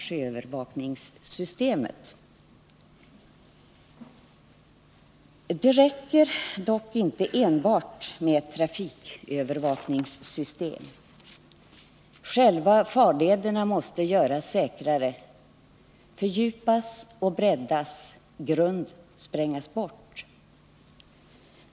Det räcker dock inte med enbart trafikövervakningssystem. Själva farlederna måste göras säkrare, fördjupas och breddas, och grund måste sprängas bort.